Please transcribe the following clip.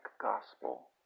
Gospel